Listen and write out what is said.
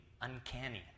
uncanny